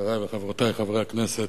חברי וחברותי חברי הכנסת,